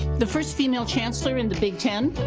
the first female chancellor in the big ten?